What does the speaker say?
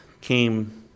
came